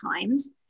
times